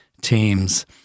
teams